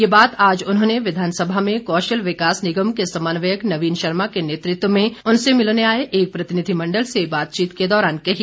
ये बात आज उन्होंने विधानसभा में कौशल विकास निगम के समन्वयक नवीन शर्मा के नेतृत्व में उनसे मिलने आए एक प्रतिनिधिमण्डल से बातचीत के दौरान कही